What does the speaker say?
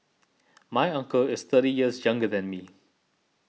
my uncle is thirty years younger than me